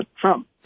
Trump